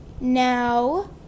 Now